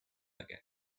again